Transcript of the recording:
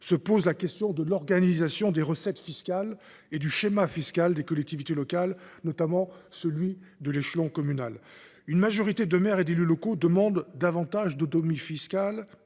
celle de l’organisation des recettes fiscales et du schéma fiscal des collectivités locales, notamment de l’échelon communal. Une majorité de maires et d’élus locaux demandent davantage d’autonomie fiscale